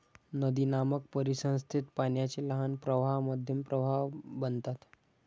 नदीनामक परिसंस्थेत पाण्याचे लहान प्रवाह मध्यम प्रवाह बनतात